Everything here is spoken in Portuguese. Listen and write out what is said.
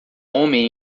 homem